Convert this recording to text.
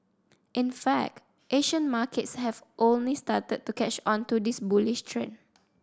in fact Asian markets have only started to catch on to this bullish trend